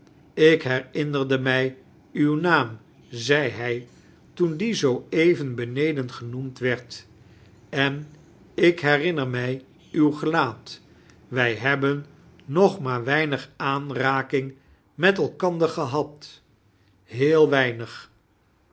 ik herinnerde inij uw naam zei hij toen die zoo even beneden genoemd werd en ik herinner mij uw gelaat wij hebben nog maar weinig aanraking met elkander gehad i heel weinig